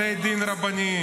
בתי דין רבניים.